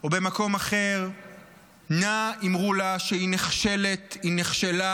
שהבטיחה לקדם חוק אקלים לישראל?